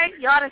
Y'all